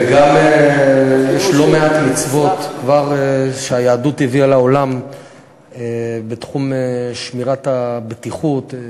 וגם יש לא מעט מצוות שהיהדות הביאה לעולם בתחום שמירת הבטיחות.